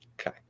okay